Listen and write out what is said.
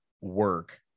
work